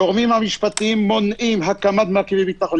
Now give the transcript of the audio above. הגורמים המשפטיים מונעים הקמת מרכיבי ביטחון.